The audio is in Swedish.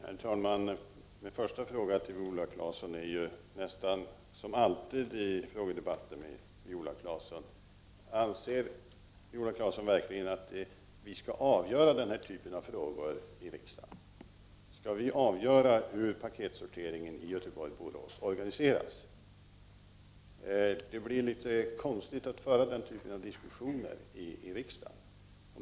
Herr talman! Min första fråga till Viola Claesson blir, som nästan alltid är fallet i frågedebatter med henne, följande: Anser verkligen Viola Claesson att vi skall avgöra den här typen av frågor i riksdagen? Skall vi avgöra hur paketsorteringen i Göteborg bör organiseras? Det blir litet konstigt att föra den typen av diskussioner i riksdagen.